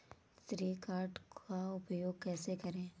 श्रेय कार्ड का उपयोग कैसे करें?